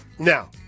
Now